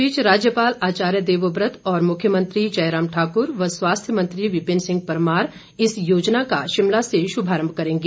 इस बीच राज्यपाल आचार्य देवव्रत और मुख्यमंत्री जय राम ठाकुर व स्वास्थ्य मंत्री विपिन सिंह परमार इस योजना का शिमला से शुभारम्भ करेंगे